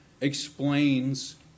explains